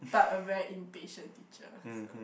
but a very impatient teacher so